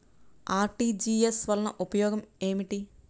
RTGS వలన ఉపయోగం ఏమిటీ?